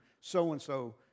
so-and-so